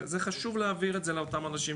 זה חשוב להעביר את זה לאותם אנשים,